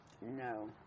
No